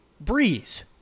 Breeze